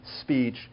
speech